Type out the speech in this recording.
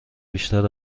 بیشتر